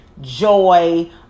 joy